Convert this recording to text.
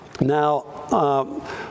Now